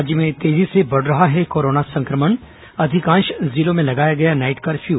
राज्य में तेजी से बढ़ रहा है कोरोना संक्रमण अधिकांश जिलों में लगाया गया नाईट कर्फ्यू